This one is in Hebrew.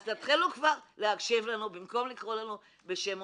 אז תתחילו כבר להקשיב לנו במקום לקרוא לנו בשמות.